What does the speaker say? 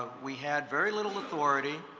we had very little authority.